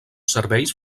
serveis